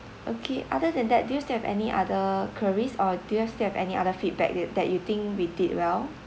okay other than that do you still have any other queries or do you have still have any other feedback that you think we did well